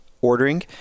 ordering